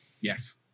yes